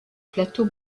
plateau